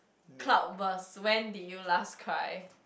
cloud burst when did you last cry